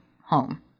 home